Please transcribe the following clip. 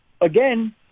again